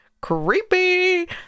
Creepy